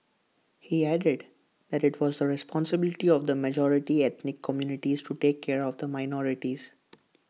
he added that IT was the responsibility of the majority ethnic communities to take care of the minorities